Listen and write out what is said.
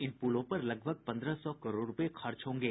इन पुलों पर लगभग पन्द्रह सौ करोड़ रूपये खर्च होंगे